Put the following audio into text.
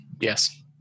Yes